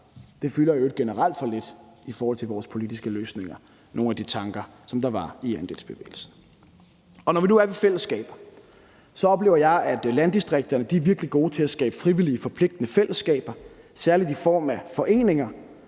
i øvrigt generelt for lidt i forhold til vores politiske løsninger, altså nogle af de tanker, som der var i andelsbevægelsen. Når vi nu er ved fællesskaber, oplever jeg, at landdistrikterne virkelig er gode til at skabe frivillige, forpligtende fællesskaber, særlig i form af foreninger.